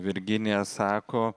virginija sako